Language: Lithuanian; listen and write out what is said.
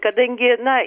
kadangi na